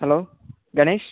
hello Ganesh